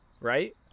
right